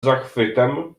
zachwytem